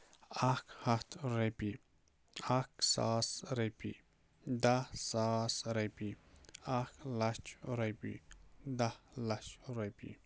اَکھ ہَتھ رۄپیہِ اَکھ ساس رۄپیہِ دَہ ساس رۄپیہِ اَکھ لَچھ رۄپیہِ دَہ لَچھ رۄپیہِ